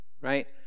right